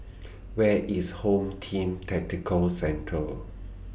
Where IS Home Team Tactical Centre